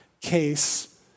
case